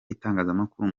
itangazamakuru